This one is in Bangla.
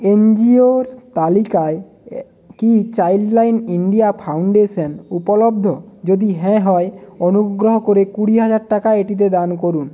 এনজিওর তালিকায় কি চাইল্ডলাইন ইন্ডিয়া ফাউন্ডেশান উপলব্ধ যদি হ্যাঁ হয় অনুগ্রহ করে কুড়ি হাজার টাকা এটিতে দান করুন